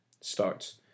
starts